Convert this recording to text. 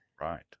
right